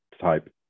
type